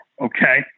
Okay